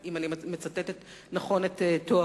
אם אני מצטטת נכון את תוארו,